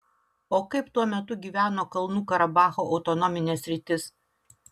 o kaip tuo metu gyveno kalnų karabacho autonominė sritis